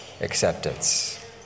acceptance